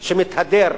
שמתהדר,